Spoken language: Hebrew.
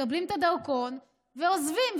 מקבלים את הדרכון ועוזבים,